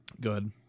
good